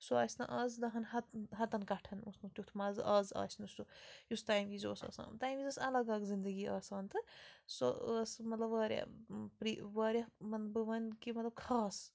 سُہ آسہِ نہٕ آز دَہَن ہَتَن کَٹھَن اوس نہٕ تیُتھ مَزٕ آز آسہِ نہٕ سُہ یُس تمہِ وِزِ اوس آسان تَمہِ وِزِ ٲسۍ اَلگ اَکھ زندگی آسان تہٕ سۄ ٲس مطلب واریاہ پرِ واریاہ بہٕ وَنہٕ کہِ مطلب خاص